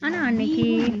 ஆனா அன்னைக்கி:aana annaiki